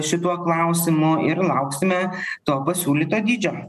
šituo klausimu ir lauksime to pasiūlyto dydžio